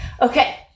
Okay